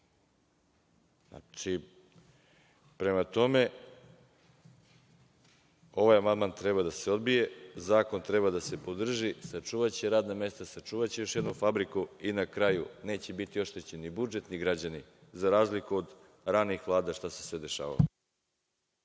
briga. Prema tome, ovaj amandman treba da se odbije. Zakon treba da se podrži. Sačuvaće radna mesta, sačuvaće još jednu fabriku i na kraju, neće biti oštećen ni budžet, ni građani, za razliku od ranijih vlada šta se sve dešavalo.